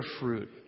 fruit